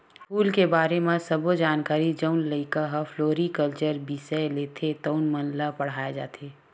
फूल के बारे म सब्बो जानकारी जउन लइका ह फ्लोरिकलचर बिसय लेथे तउन मन ल पड़हाय जाथे